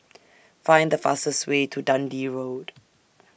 Find The fastest Way to Dundee Road